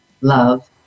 love